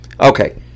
Okay